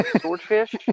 swordfish